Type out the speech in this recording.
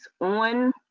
On